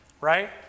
right